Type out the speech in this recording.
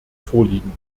vorliegen